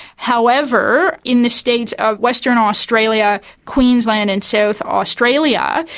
however, in the states of western australia, queensland and south australia,